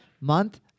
month